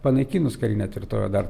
panaikinus karinę tvirtovę dar